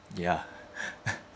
ya